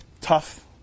Tough